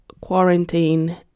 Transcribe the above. quarantine